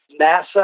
NASA